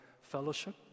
fellowship